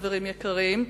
חברים יקרים,